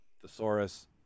thesaurus